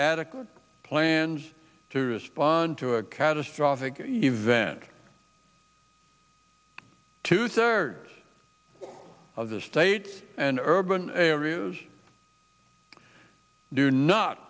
adequate plans to respond to a catastrophic event two thirds of the states and urban areas do not